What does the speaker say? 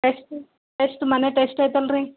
test test ಮೊನ್ನೇ test ಆಯ್ತಲ್ಲರಿ